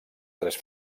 tres